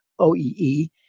OEE